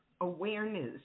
awareness